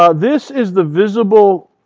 ah this is the visible